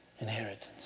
inheritance